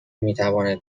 میتواند